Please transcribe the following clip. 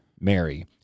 Mary